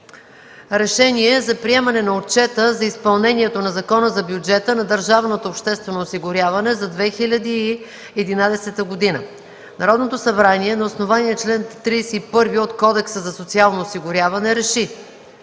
„РЕШЕНИЕ за приемане на Отчета за изпълнението на Закона за бюджета на Държавното обществено осигуряване за 2011 г. Народното събрание на основание чл. 31 от Кодекса за социално осигуряване